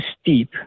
steep